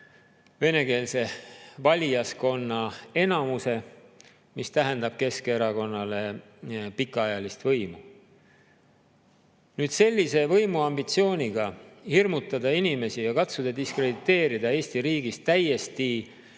venekeelse valijaskonna enamuse, mis tähendab Keskerakonnale pikaajalist võimu. Sellise võimuambitsiooniga hirmutada inimesi ja katsuda diskrediteerida Eesti riigis täiesti